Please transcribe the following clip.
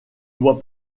doit